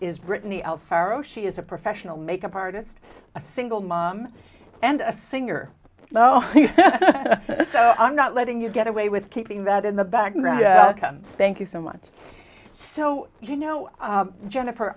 pharo she is a professional makeup artist a single mom and a singer so i'm not letting you get away with keeping that in the background thank you so much so you know jennifer